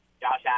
Josh